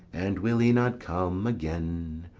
and will he not come again?